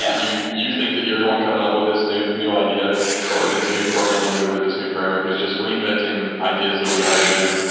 you you think that you're the one coming up with this new new idea or this new programming language, or this new framework? it's just reinventing ideas that we already knew.